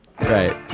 Right